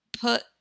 put